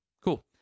cool